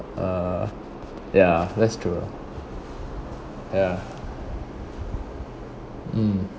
uh ya that's true lah ya mm